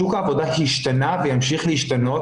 שוק העבודה השתנה וימשיך להשתנות,